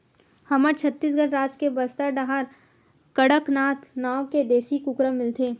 हमर छत्तीसगढ़ राज के बस्तर डाहर कड़कनाथ नाँव के देसी कुकरा मिलथे